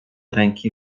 ręki